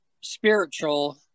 spiritual